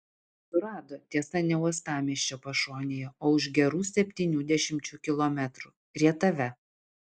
surado tiesa ne uostamiesčio pašonėje o už gerų septynių dešimčių kilometrų rietave